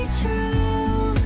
true